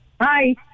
Hi